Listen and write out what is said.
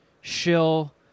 shill